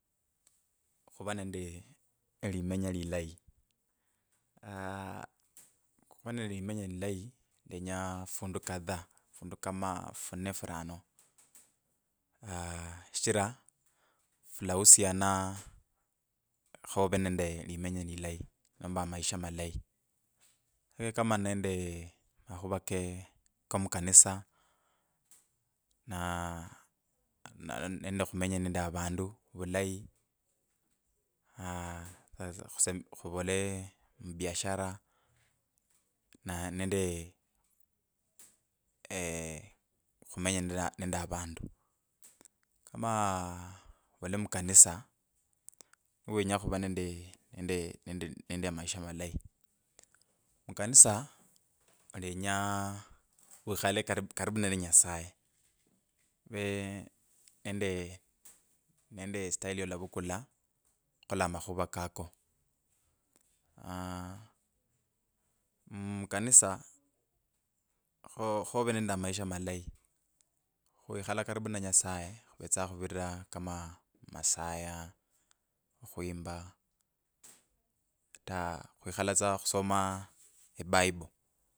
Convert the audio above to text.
Khuva nende elimenya lilayi aa khuva nende elimenya lilayi khumenya fundu kadaa fundu kam fune furano. shichira fulahusia khove nende limenya lilayi nomba amaisha malayi khuve kama nende makhuva ka makanisa na ne nende okhumenya nende avandu vulayi aaa khuse khuvole mubiashara na nende khumenye nende nende avandu kama khuvole mukanisa niwinya khuva nende nende nende nende amaisha malayi, mukai olenya wikhale karibu karibu nende nyasaye ove nende nende style yolavukula khukhola amakhuwa koka aooo mmm mukanisa kho khove nent amaisha malayi khwikhala karibu na nyasaye khuvetsa khuvirira kama masaya okhwimbya ata khwikhala tsa khusoma ebible.